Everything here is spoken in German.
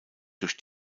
durch